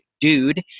dude